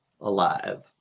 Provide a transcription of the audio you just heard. alive